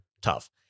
tough